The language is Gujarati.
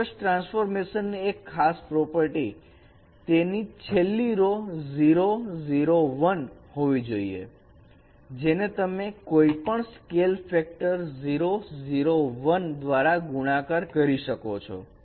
આ ચોક્કસ ટ્રાન્સપોર્ટેશનની એક ખાસ પ્રોપર્ટી તેની છેલ્લી રો 0 0 1 હોવી જોઈએ જેને તમે કોઈપણ સ્કેલ ફેક્ટર 0 0 1 દ્વારા ગુણાકાર કરી શકો છો